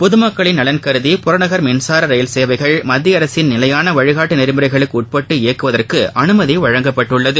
பொதுமக்களின் நலன் கருதி புறநகர் மின்சார ரயில் சேவைகள் மத்திய அரசின் நிலையான வழிகாட்டு நெறிமுறைகளுக்கு உட்பட்டு இயக்குவதற்கு அனுமதி வழங்கப்பட்டுள்ளது